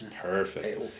Perfect